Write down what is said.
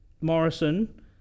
Morrison